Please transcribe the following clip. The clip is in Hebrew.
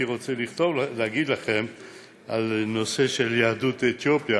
רוצה לנאום לכם על הנושא של יהדות אתיופיה,